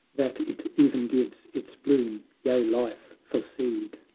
that it e'en gives its bloom, yea life for seed!